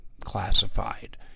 classified